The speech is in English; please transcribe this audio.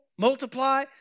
Multiply